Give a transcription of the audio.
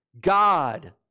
God